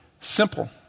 Simple